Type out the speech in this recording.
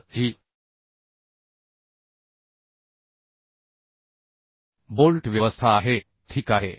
तर ही बोल्ट व्यवस्था आहे ठीक आहे